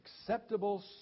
acceptable